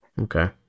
Okay